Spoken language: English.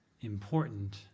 important